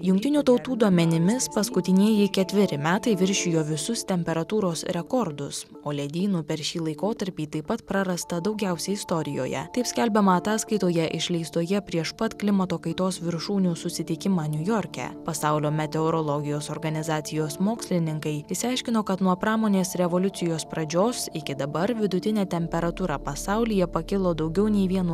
jungtinių tautų duomenimis paskutineji ketveri metai viršijo visus temperatūros rekordus o ledynų per šį laikotarpį taip pat prarasta daugiausiai istorijoje taip skelbiama ataskaitoje išleistoje prieš pat klimato kaitos viršūnių susitikimą niujorke pasaulio meteorologijos organizacijos mokslininkai išsiaiškino kad nuo pramonės revoliucijos pradžios iki dabar vidutinė temperatūra pasaulyje pakilo daugiau nei vienu